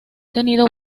tenido